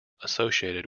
associated